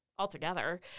Altogether